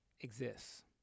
exists